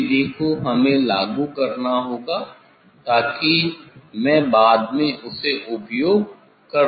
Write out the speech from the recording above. उस विधि को हमें लागू करना होगा ताकि मैं बाद में इसे उपयोग कर सकूं